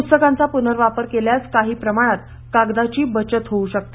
प्स्तकांचा प्नर्वापर केल्यास काही प्रमाणात कागदाची बचत होऊ शकते